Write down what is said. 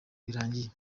birangiye